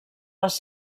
les